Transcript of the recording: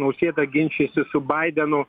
nausėda ginčysis su baidenu